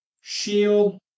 shield